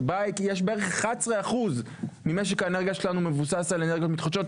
שבה בערך 11% ממשק האנרגיה שלנו מבוסס על אנרגיות מתחדשות,